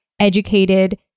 educated